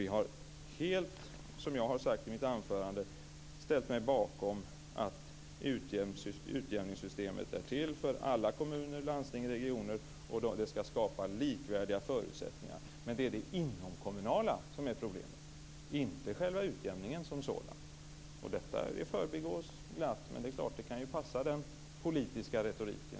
Vi har, som jag har sagt i mitt anförande, helt ställt oss bakom att utjämningssystemet är till för alla kommuner, landsting och regioner. Det skall skapa likvärdiga förutsättningar. Men det är det inomkommunala som är problemet, inte själva utjämningen som sådan. Detta förbigås glatt. Men jag kan ju förstå att det kan passa den politiska retoriken.